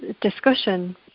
discussion